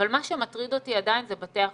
אבל מה שמטריד אותי עדיין זה בתי החולים,